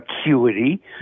acuity